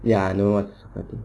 ya I know